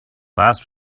last